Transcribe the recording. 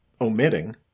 omitting